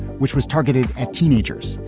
which was targeted at teenagers.